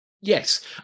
Yes